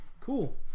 cool